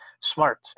smart